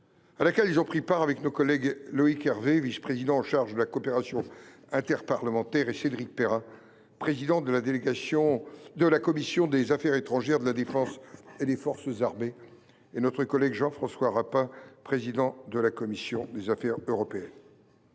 à laquelle ils ont pris part avec nos collègues Loïc Hervé, vice président chargé de la coopération interparlementaire et des groupes d’amitié, Cédric Perrin, président de la commission des affaires étrangères, de la défense et des forces armées, et Jean François Rapin, président de la commission des affaires européennes.